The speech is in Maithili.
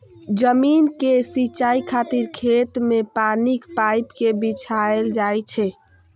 जमीन के सिंचाइ खातिर खेत मे पानिक पाइप कें बिछायल जाइ छै